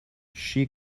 she